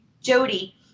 Jody